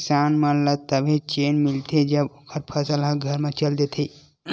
किसान मन ल तभे चेन मिलथे जब ओखर फसल ह घर म चल देथे